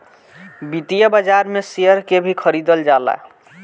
वित्तीय बाजार में शेयर के भी खरीदल जाला